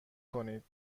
کنید